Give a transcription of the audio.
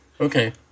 Okay